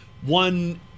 one